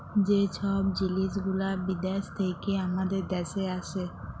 যে ছব জিলিস গুলা বিদ্যাস থ্যাইকে আমাদের দ্যাশে আসে